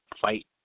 fight